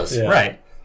Right